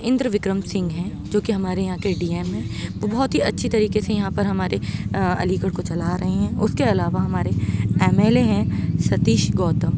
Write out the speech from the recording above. اِندر وکرم سنگھ ہیں جو کہ ہمارے یہاں کے ڈی ایم ہیں وہ بہت ہی اچھی طریقے سے یہاں پر ہمارے علی گڑھ کو چلا رہے ہیں اُس کے علاوہ ہمارے ایم ایل اے ہیں ستیش گوتم